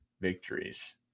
victories